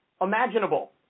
imaginable